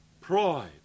Pride